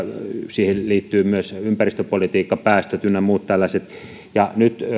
siihen liittyy myös ympäristöpolitiikka päästöt ynnä muut tällaiset nyt